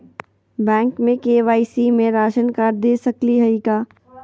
Bank में KYC में ration card दे सकली हई का?